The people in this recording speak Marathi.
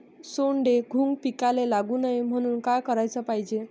सोंडे, घुंग पिकाले लागू नये म्हनून का कराच पायजे?